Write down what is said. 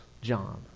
John